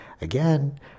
again